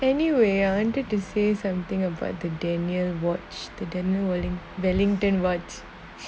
anyway I wanted to say something about the daniel watch their new daniel wellington words